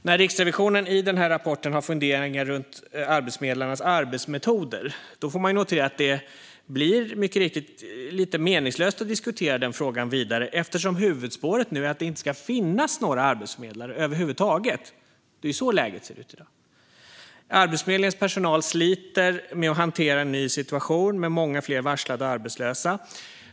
När Riksrevisionen i den här rapporten har funderingar kring arbetsförmedlarnas arbetsmetoder får man notera att det mycket riktigt blir lite meningslöst att diskutera den frågan vidare, eftersom huvudspåret nu är att det inte ska finnas några arbetsförmedlare över huvud taget. Det är ju så läget ser ut. Arbetsförmedlingens personal sliter med att hantera en ny situation med många fler varslade och arbetslösa.